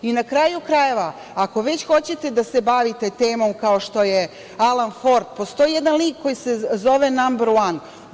I, na kraju krajeva, ako već hoćete da se bavite temom kao što je Alan Ford, postoji jedan lik koji se zove „No 1“